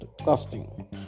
casting